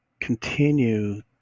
continue